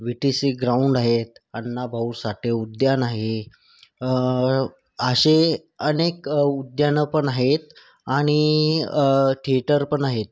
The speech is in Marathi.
व्ही टी सी ग्राऊंड आहे अण्णाभाऊ साठे उद्यान आहे असे अनेक उद्यानं पण आहेत आणि थिएटर पण आहेत